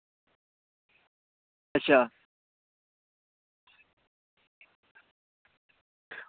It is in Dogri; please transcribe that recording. अच्छा